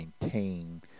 maintain